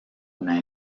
una